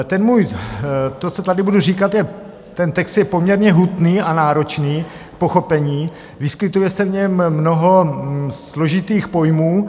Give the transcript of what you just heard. Ten můj to, co tady budu říkat ten text je poměrně hutný a náročný k pochopení, vyskytuje se v něm mnoho složitých pojmů.